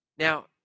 Now